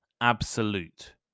absolute